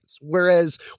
whereas